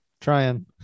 Trying